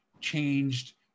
changed